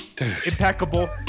impeccable